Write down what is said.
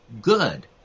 good